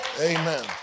Amen